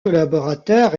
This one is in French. collaborateur